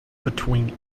between